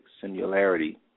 similarity